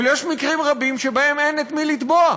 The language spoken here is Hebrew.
אבל יש מקרים רבים שבהם אין את מי לתבוע,